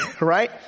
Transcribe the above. Right